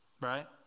right